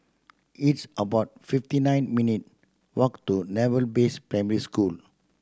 it's about fifty nine minute walk to Naval Base Primary School